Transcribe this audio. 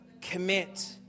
commit